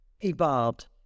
evolved